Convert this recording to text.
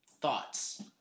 thoughts